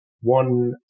One